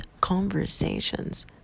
conversations